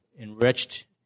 enriched